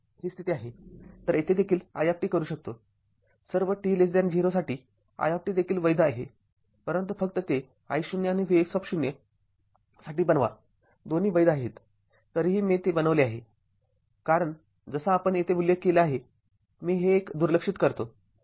तर येथे देखील i करू शकतो सर्व t 0 साठी i देखील वैध आहे परंतु फक्त ते I0 आणि vx साठी बनवा दोन्ही वैध आहेततरीही मी ते बनवले आहे कारण जसा आपण येथे उल्लेख केला आहे मी हे एक दुर्लक्षित करतो